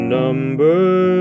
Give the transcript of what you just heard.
number